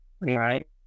right